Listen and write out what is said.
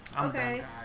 Okay